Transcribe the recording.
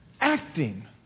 Acting